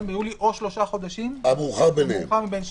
1 ביולי או שלושה חודשים, והמאוחר מבין שניהם.